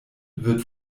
wird